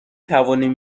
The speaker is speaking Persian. توانیم